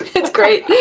it's great.